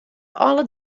alle